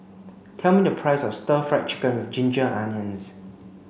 tell me the price of stir fry chicken with ginger onions